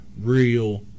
real